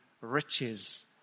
riches